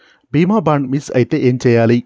బీమా bond miss అయితే ఏం చేయాలి?